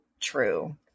true